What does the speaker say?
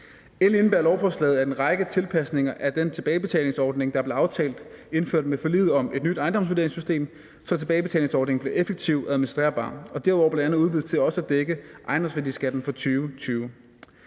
indebærer lovforslaget en række tilpasninger af den tilbagebetalingsordning, der blev aftalt indført med forliget om et nyt ejendomsvurderingssystem, så tilbagebetalingsordningen bliver effektiv og administrerbar og derudover bl.a. udvides til også at dække ejendomsværdiskatten for 2020.